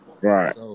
Right